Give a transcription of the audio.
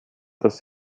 dass